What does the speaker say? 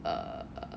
err